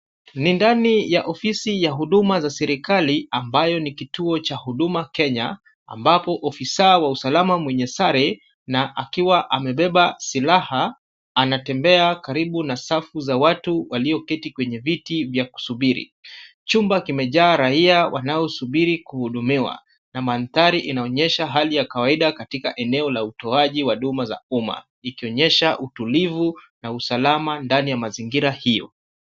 Ni ndani ya ofisi ya huduma za serekali ambayo ni kituo cha huduma Kenya ambapo ofisa wa usalama mwenye sare na akiwa amebeba silaha anatembea karibu na safu za watu walioketi kwenye viti vya kusubiri. Chumba kimejaa raia wanaosubiri kuhudumiwa na mandhari inaonyesha hali ya kawaida katika eneo la utoaji wa huduma za umma ikionyesha utulivu na uaslama ndani ya mazingira hiyo.